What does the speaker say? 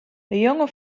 jonge